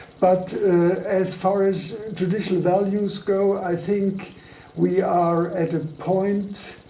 but as far as judicial values go, i think we are at a point,